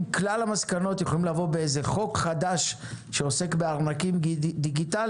אז האם כלל המסקנות יכולות לבוא באיזה חוק חדש שעוסק בארנקים דיגיטליים?